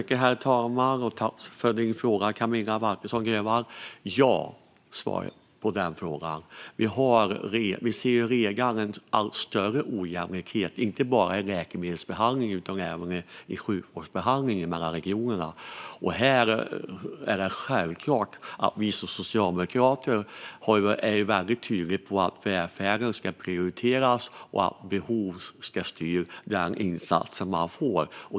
Herr talman! Ja, är svaret på den frågan. Vi ser redan en allt större ojämlikhet mellan regionerna, inte bara i läkemedelsbehandlingen utan även i sjukvårdsbehandlingen. Vi socialdemokrater är tydliga med att välfärden ska prioriteras och att behovet ska styra den insats man får.